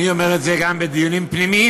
ואני אומר את זה גם בדיונים פנימיים,